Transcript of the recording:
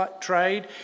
trade